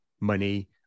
money